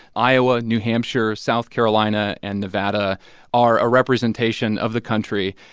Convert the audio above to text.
iowa, new hampshire, south carolina and nevada are a representation of the country,